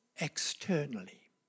externally